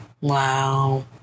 Wow